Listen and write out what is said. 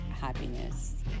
happiness